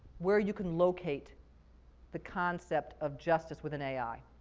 where you can locate the concept of justice with an ai,